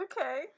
Okay